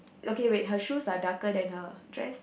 okay wait her shoes are darker than her dress